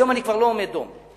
היום אני כבר לא עומד דום.